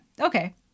Okay